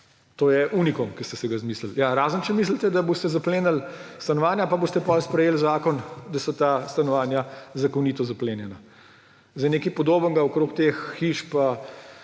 To je unikum, ki ste si ga izmislili. Ja, razen če mislite, da boste zaplenili stanovanja pa boste potem sprejeli zakon, da so ta stanovanja zakonito zaplenjena. Nekaj podobnega okoli teh hiš